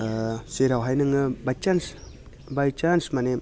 जेरावहाय नोङो by chance by chance माने